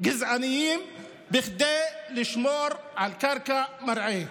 גזעניים כדי לשמור על קרקע מרעה.